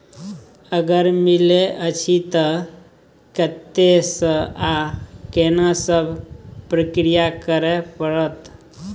अगर मिलय अछि त कत्ते स आ केना सब प्रक्रिया करय परत?